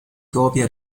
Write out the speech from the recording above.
copie